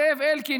זאב אלקין,